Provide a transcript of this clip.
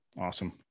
awesome